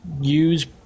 use